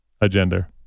Agenda